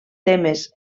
temes